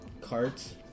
carts